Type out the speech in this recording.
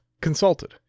consulted